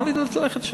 למה לי ללכת לשם?